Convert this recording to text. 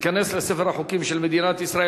ותיכנס לספר החוקים של מדינת ישראל.